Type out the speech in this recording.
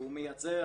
והוא מייצר